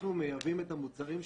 אנחנו מייבאים את המוצרים שלנו.